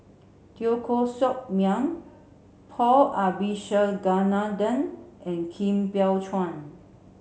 Teo Koh Sock Miang Paul Abisheganaden and kim Biow Chuan